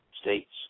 States